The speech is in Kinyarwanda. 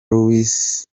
louis